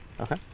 Okay